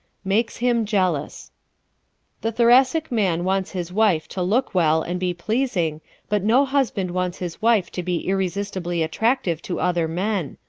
makes him jealous the thoracic man wants his wife to look well and be pleasing but no husband wants his wife to be irresistibly attractive to other men.